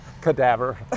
Cadaver